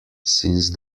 since